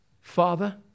Father